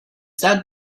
that